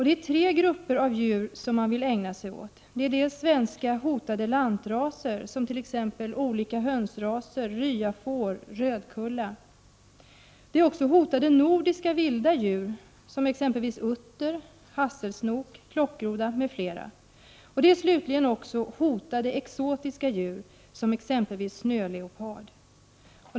Det är tre grupper av djur man vill ägna sig åt. Först är det svenska hotade lantraser som olika hönsraser, ryafår och rödkulla. Vidare är det hotade nordiska vilda djur som utter, hasselsnok och klockgroda. Slutligen är det också hotade exotiska djur som exempelvis snöleopard.